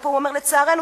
ופה הוא אומר: לצערנו,